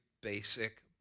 basic